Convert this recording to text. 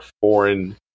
foreign